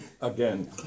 Again